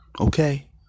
okay